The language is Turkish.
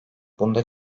bunda